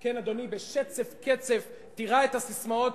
אדוני, בשצף קצף תירה את הססמאות